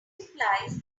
implies